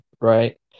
right